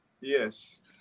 Yes